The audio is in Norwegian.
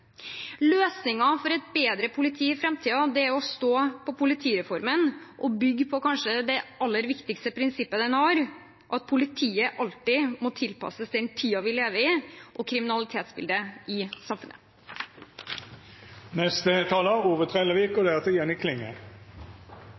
for et bedre politi i framtiden er å stå på politireformen og bygge på det kanskje aller viktigste prinsippet den har, at politiet alltid må tilpasses den tiden vi lever i, og kriminalitetsbildet i